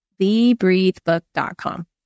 thebreathebook.com